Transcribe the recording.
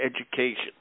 education